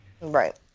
Right